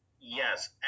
Yes